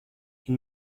این